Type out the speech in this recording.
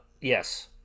yes